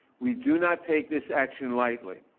we do not take this action lightly.